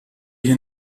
hier